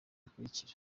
bikurikira